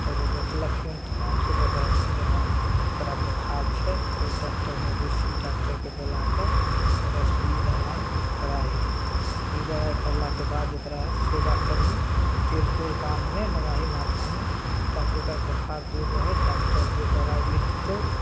तऽ ओ देखलखिन तऽ कान छुबिकऽ कहथिन जे हँ एकरा बोखार छै कोइ डाक्टर मवेशी डाक्टरके बोलाकऽ एकरा सुइ दवाइ कराही सुइ दवाइ पड़लाके बाद एकरा सेवा करही तेल कूर कानमे लगाही माथामे ताकि एकर बोखार दूर रहै डाक्टर जे दवाइ लिखतौ